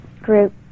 group